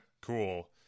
cool